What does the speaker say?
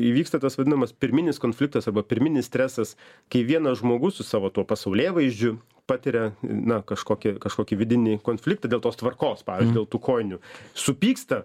įvyksta tas vadinamas pirminis konfliktas arba pirminis stresas kai vienas žmogus su savo tuo pasaulėvaizdžiu patiria na kažkokį kažkokį vidinį konfliktą dėl tos tvarkos pavyzdžiui dėl tų kojinių supyksta